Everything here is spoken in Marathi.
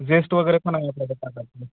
जेस्ट वगैरे पण आहे आपल्या